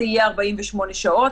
זה יהיה 48 שעות,